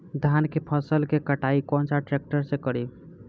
धान के फसल के कटाई कौन सा ट्रैक्टर से करी?